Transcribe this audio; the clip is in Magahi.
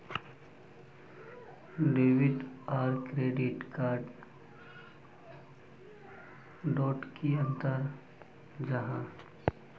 डेबिट आर क्रेडिट कार्ड डोट की अंतर जाहा?